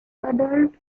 adult